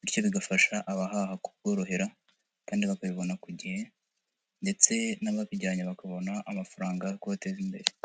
bityo bigafasha abahaha kuborohera, kandi bakabibona ku gihe, ndetse n'ababijyanye bakabona amafaranga yo kubateza imbere.